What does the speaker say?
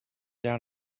down